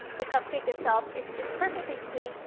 the cupcake itself is just perfectly sweet,